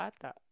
Ata